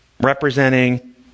representing